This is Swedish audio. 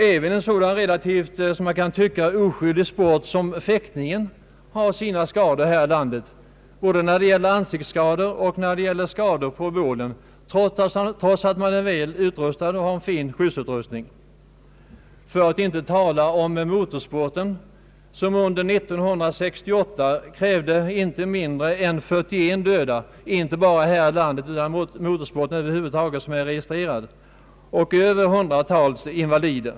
Även en sådan relativt, kan man tycka, oskyldig sport som fäktningen har sina skador här i landet, både ansiktsskador och skador på bålen, trots att man har en fin skyddsutrustning. För att inte tala om motorsporten, som under år 1968 — det gäller inte bara motorsporten här i landet utan den motorsport som över huvud taget är registrerad — krävde inte mindre än 41 döda och över hundratalet invalider.